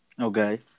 Okay